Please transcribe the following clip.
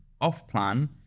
off-plan